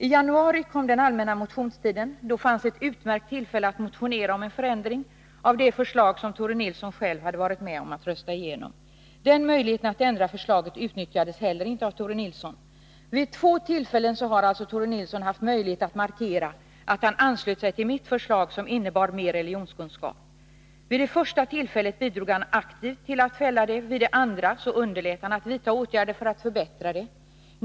I ianuari var det allmän motionstid, och då fanns det ett utmärkt tillfälle att motionera om en förändring av det förslag som Tore Nilsson själv hade varit med om att rösta igenom. Den möjligheten att ändra förslaget utnyttjades inte heller av Tore Nilsson. Vid två tillfällen har Tore Nilsson alltså haft möjlighet att markera att han anslöt sig till mitt förslag, som innebar mer religionskunskap. Vid det första tillfället bidrog han aktivt till att fälla förslaget. Vid det andra tillfället underlät han att vidta åtgärder för att förbättra det.